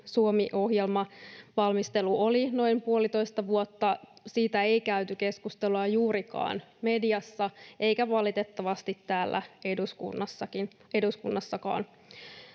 Suomi ‑ohjelman valmistelu oli noin puolitoista vuotta. Siitä ei käyty keskustelua juurikaan mediassa, eikä valitettavasti täällä eduskunnassakaan.